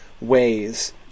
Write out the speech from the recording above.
ways